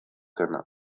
zena